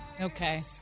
Okay